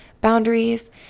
boundaries